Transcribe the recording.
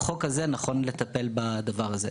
החוק הזה נכון לטפל בדבר הזה.